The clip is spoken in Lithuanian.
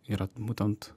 yra būtent